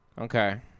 Okay